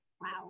Wow